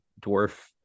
dwarf